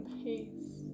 pace